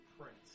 prince